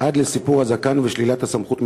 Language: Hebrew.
עד לסיפור הזקן ושלילת הסמכות מרבנים.